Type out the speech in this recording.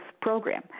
program